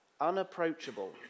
unapproachable